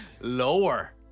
Lower